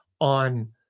on